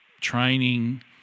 training